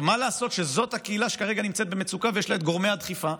מה לעשות שזאת הקהילה שכרגע נמצאת במצוקה ויש לה את גורמי הדחיפה?